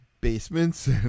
basements